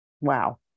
wow